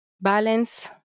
balance